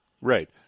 Right